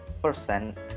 percent